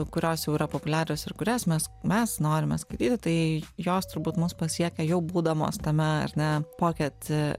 kurios jau yra populiarios ir kurias mes mes norime skaityti tai jos turbūt mus pasiekia jau būdamos tame ar ne poket